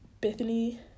Bethany